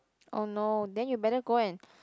!oh no! then you better go and